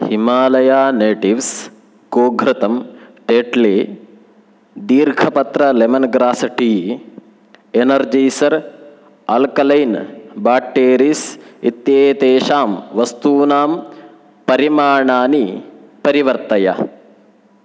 Himalaya natives गोघृतम् Tetley दीर्घपत्र lemongrass tea Energizer alkaline batteries इत्येतेषां वस्तूनां परिमाणानि परिवर्तयः